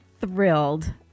thrilled